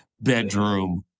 bedroom